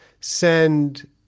send